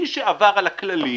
מי שעבר על הכללים,